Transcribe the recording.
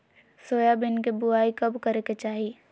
Soybean के बुआई कब करे के चाहि?